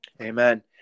Amen